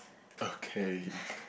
okay